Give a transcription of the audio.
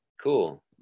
cool